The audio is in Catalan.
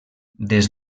des